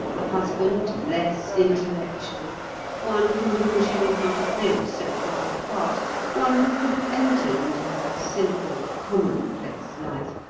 a husband less intellectual one from whom she would not have lived so far apart one who could have entered into her simple, commonplace life!